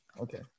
Okay